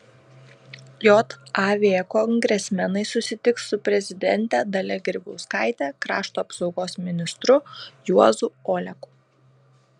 jav kongresmenai susitiks su prezidente dalia grybauskaite krašto apsaugos ministru juozu oleku